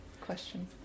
question